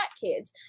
kids